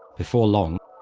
before long,